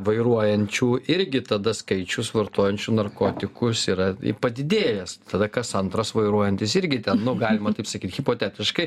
vairuojančių irgi tada skaičius vartojančių narkotikus yra padidėjęs tada kas antras vairuojantis irgi ten nu galima taip sakyt hipotetiškai